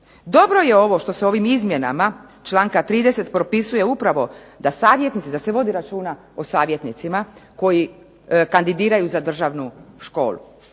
Dobro je ovo što se ovim izmjenama članka 30. propisuje upravo da savjetnici, da se vodi računa o savjetnicima koji kandidiraju za Državnu školu